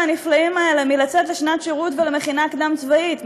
הנפלאים האלה מלצאת לשנת שירות ולמכינה קדם-צבאית?